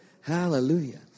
Hallelujah